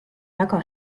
väga